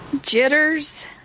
Jitters